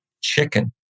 chicken